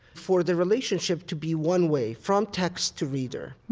for the relationship to be one way from text to reader,